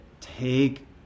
take